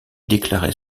déclarer